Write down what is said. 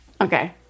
Okay